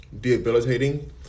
debilitating